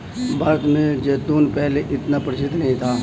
भारत में जैतून पहले इतना प्रचलित नहीं था